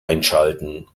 einschalten